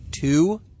Two